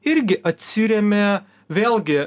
irgi atsiremia vėlgi